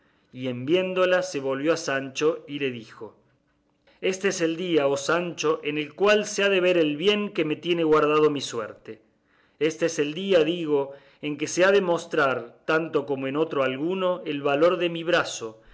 y en viéndola se volvió a sancho y le dijo éste es el día oh sancho en el cual se ha de ver el bien que me tiene guardado mi suerte éste es el día digo en que se ha de mostrar tanto como en otro alguno el valor de mi brazo